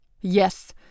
Yes